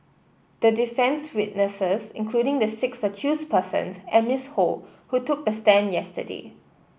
the defence's witnesses including the six accused persons and Miss Ho who took the stand yesterday